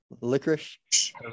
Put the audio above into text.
licorice